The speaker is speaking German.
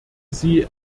sie